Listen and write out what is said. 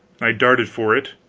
i darted for it,